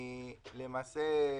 למעשה,